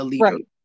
Right